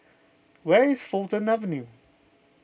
where is Fulton Avenue